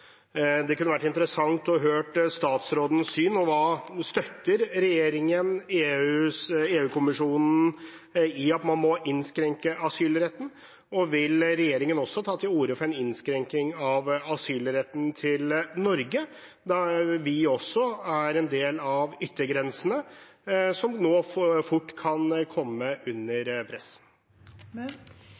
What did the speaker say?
Det kunne vært interessant å høre statsrådens syn. Støtter regjeringen EU-kommisjonen i at man må innskrenke asylretten? Og vil regjeringen også ta til orde for en innskrenking av asylretten til Norge da vi også er en del av yttergrensen, som nå fort kan komme under press?